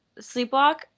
sleepwalk